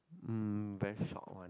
mm very short one